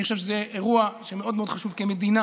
אני חושב שזה אירוע שמאוד מאוד חשוב כמדינה